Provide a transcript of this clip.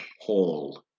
Hall